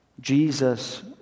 Jesus